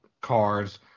cars